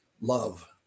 love